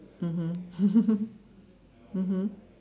mmhmm mmhmm